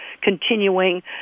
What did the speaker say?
continuing